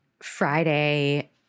Friday